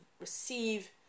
receive